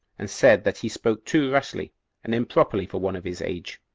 and said that he spoke too rashly and improperly for one of his age,